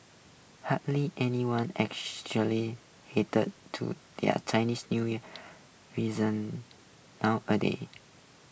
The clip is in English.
hardly anyone actually adheres to their Chinese New Year reason nowadays